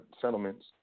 Settlements